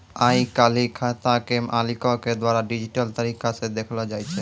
आइ काल्हि खाता के मालिको के द्वारा डिजिटल तरिका से देखलो जाय छै